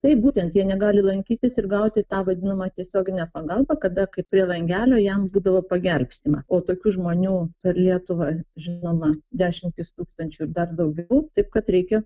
taip būtent jie negali lankytis ir gauti tą vadinamą tiesioginę pagalbą kada kai prie langelio jam būdavo pagelbstima o tokių žmonių per lietuvą žinoma dešimtys tūkstančių ir dar daugiau taip kad reikia